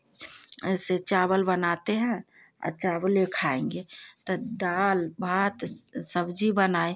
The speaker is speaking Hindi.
ऐसे चावल बनाते हैं और चावले खाएँगे तो दाल भात सब्जी बनाए